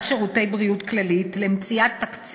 בית-החולים והנהלת "שירותי בריאות כללית" על